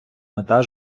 мета